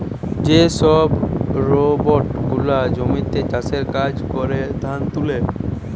যে সব রোবট গুলা জমিতে চাষের কাজ করে, ধান তুলে